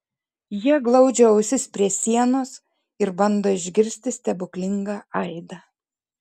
jie glaudžia ausis prie sienos ir bando išgirsti stebuklingą aidą